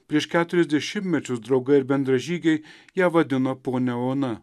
prieš keturis dešimtmečius draugai ir bendražygiai ją vadino ponia ona